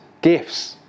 gifts